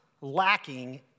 lacking